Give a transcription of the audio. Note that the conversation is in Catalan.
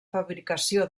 fabricació